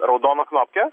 raudoną knopkę